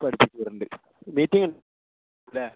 പഠിപ്പിച്ച് വിടണുണ്ട് മീറ്റിങ് ല്ലേ